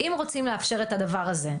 אם רוצים לאפשר את הדבר הזה,